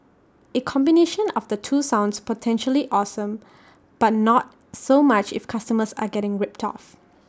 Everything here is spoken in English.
A combination of the two sounds potentially awesome but not so much if customers are getting ripped off